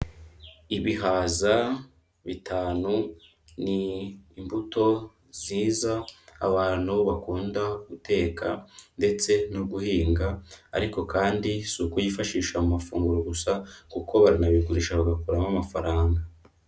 Ibihaza bitanu ni imbuto nziza abantu bakunda guteka ndetse no guhinga, ariko kandi si ukuyifashisha mu mafunguro gusa kuko baranabigurisha bagakuramo amafaranga.